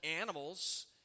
animals